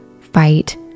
fight